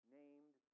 named